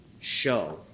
Show